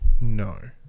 no